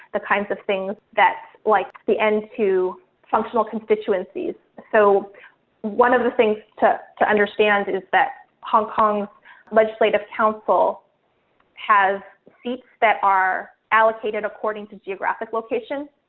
the kinds of things that like the end to functional constituencies. so one of the things to to understand is that hong kong legislative council has seats that are allocated according to geographic location,